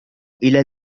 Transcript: إلى